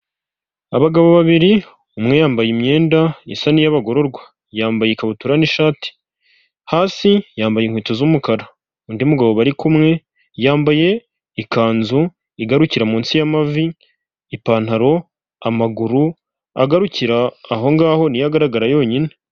Abagabo babiri umwe yambaye imyenda isa niy'abagororwa yambaye ikabutura n'ishati, hasi yambaye inkweto z'umukara, undi mugabo bari kumwe yambaye ikanzu igarukira munsi y'amavi, ipantaro amaguru agarukira aho ngaho niyo agaragara yonyine.